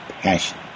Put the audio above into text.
passion